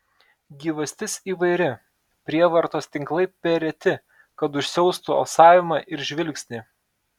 gyvastis įvairi prievartos tinklai per reti kad užsiaustų alsavimą ir žvilgsnį